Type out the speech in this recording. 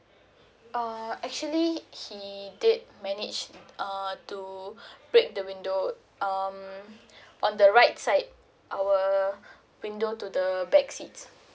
ah actually he did manage uh to break the window um on the right side our window to the back seat